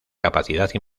capacidad